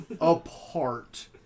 apart